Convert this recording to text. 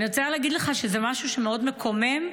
אני רוצה להגיד לך שזה משהו שמאוד מקומם,